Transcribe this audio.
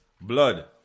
blood